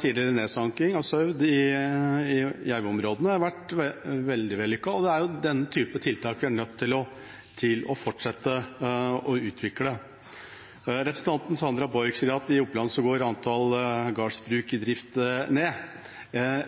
tidligere nedsanking av sau i jervområdene vært veldig vellykket. Det er den typen tiltak vi er nødt til å fortsette å utvikle. Representanten Sandra Borch sa at antallet gårdsbruk i drift i Oppland går ned.